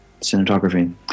cinematography